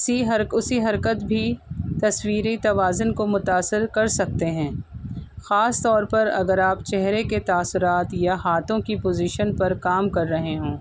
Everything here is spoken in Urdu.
اسی حرکت اسی حرکت بھی تصویری توازن کو متاثر کر سکتے ہیں خاص طور پر اگر آپ چہرے کے تاثرات یا ہاتھوں کی پوزیشن پر کام کر رہے ہوں